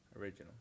Original